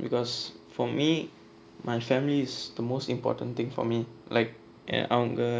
because for me my family is the most important thing for me like அவங்க:avanga